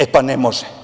E, pa, ne može.